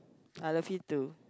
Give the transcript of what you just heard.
I love it too